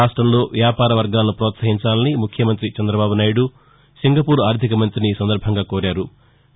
రాష్ట్రంలో వ్యాపార వర్గాలను ప్రోత్సహించాలని ముఖ్యమంతి చంద్రబాబు నాయుడు సింగపూర్ ఆర్థిక మంతిని కోరారు